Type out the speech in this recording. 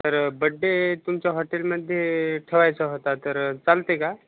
तर बड्डे तुमच्या हॉटेलमध्ये ठेवायचा होता तर चालते का